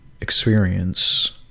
experience